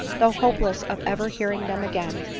though hopeless of ever hearing them again,